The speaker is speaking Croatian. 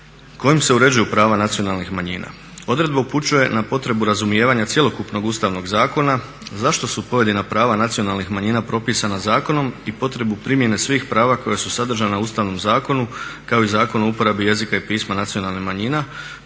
kojim se uređuju prava nacionalnih manjina. Odredba upućuje na potrebu razumijevanja cjelokupnog Ustavnog zakona zašto su pojedina prava nacionalnih manjina propisana zakonom i potrebu primjene svih prava koja su sadržana u Ustavnom zakonu kao i Zakonu o uporabi jezika i pisma nacionalnih manjina